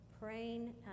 praying